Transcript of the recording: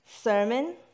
sermon